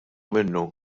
minnu